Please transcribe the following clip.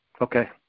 Okay